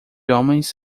homens